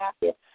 Yes